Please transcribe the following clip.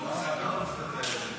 חינוך יעבוד בשבילנו.